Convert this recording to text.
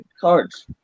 cards